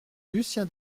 lucien